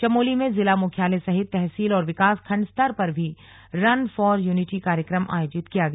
चमोली में जिला मुख्यालय सहित तहसील और विकासखण्ड स्तर पर भी रन फॉर यूनिटी कार्यक्रम आयोजित किया गया